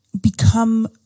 become